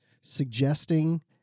suggesting